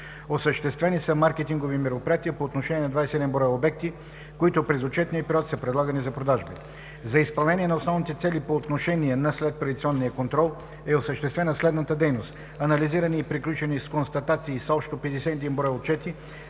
Осъществени са маркетингови мероприятия по отношение на 27 бр. обекти, които през отчетния период са предлагани за продажби. За изпълнение на основните цели по отношение на следприватизационния контрол е осъществена следната дейност: анализирани и приключени с констатации са общо 51 броя отчети